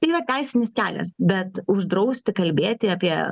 yra teisinis kelias bet uždrausti kalbėti apie